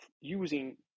using